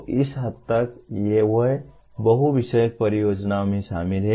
तो इस हद तक वे बहु विषयक परियोजनाओं में शामिल हैं